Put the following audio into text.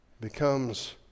becomes